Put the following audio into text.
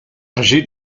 âgée